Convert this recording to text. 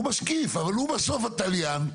הוא משקיף, אבל הוא בסוף התליין,